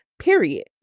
period